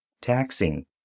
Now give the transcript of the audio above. taxing